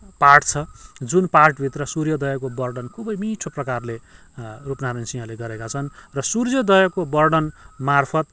part छ जुन पार्टभित्र सूर्योदयको वर्णन खुबै मिठो प्रकारले रूपनारायण सिंहले गरेका छन् र सूर्योदयको वर्णन मार्फत्